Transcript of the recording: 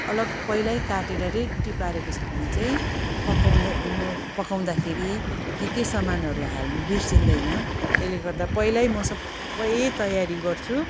अलग पहिल्यै काटेर रेडी पारेको छ भने चाहिँ पकाउँदा नु पकाउँदाखेरि के के सामानहरू हाल्नु बिर्सिदैन त्यसले गर्दा पहिल्यै म सबै तयारी गर्छु